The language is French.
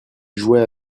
jouait